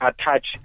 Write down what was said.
attach